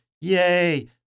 Yay